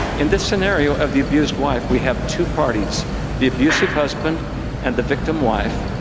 in this scenario of the abused wife, we have two parties the abusive husband and the victim-wife,